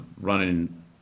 running